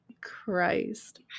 Christ